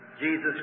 Jesus